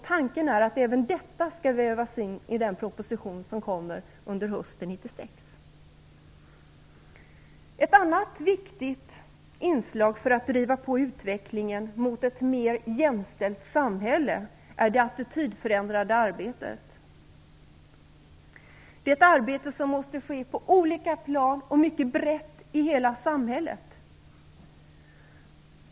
Tanken är att även detta skall vävas in i den proposition som läggs fram under hösten 1996. Ett annat viktigt inslag för att driva på utvecklingen mot ett mer jämställt samhälle är det attitydförändrande arbetet. Det är ett arbete som måste ske på olika plan och mycket brett i hela samhället.